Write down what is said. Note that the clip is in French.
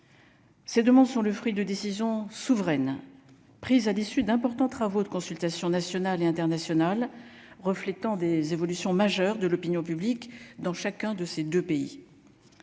Ces demandes sont le fruit de décisions souveraines prise à l'issue d'importants travaux de consultation nationale et internationale, reflétant des évolutions majeures de l'opinion publique dans chacun de ces 2 pays,